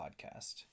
podcast